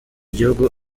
igihugu